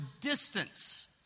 distance